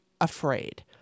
afraid